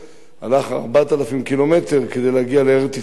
הלך 4,000 קילומטר כדי להגיע לארץ-ישראל,